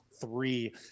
three